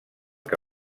que